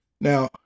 Now